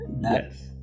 Yes